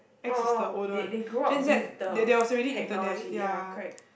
oh oh they they grow up with the technology ya correct